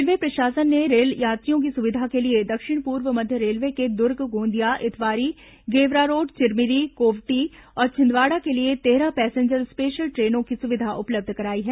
railway प्रशासन ने rail यात्रियों की सुविधा के लिए दक्षिण पूर्व मध्य रेलवे के दुर्ग गोंदिया इतवारी गेवरारोड चिरमिरी कोवटी और छिंदवाड़ा के लिए तेरह पैसेंजर स्पेशल ट्रेनों की सुविधा उपलब्ध कराई है